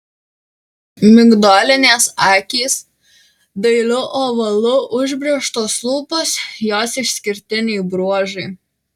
migdolinės akys dailiu ovalu užbrėžtos lūpos jos išskirtiniai bruožai